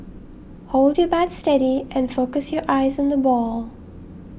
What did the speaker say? hold your bat steady and focus your eyes on the ball